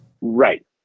Right